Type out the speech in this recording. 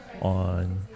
on